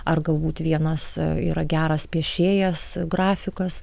ar galbūt vienas yra geras piešėjas grafikas